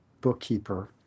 bookkeeper